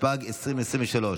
התשפ"ג 2023,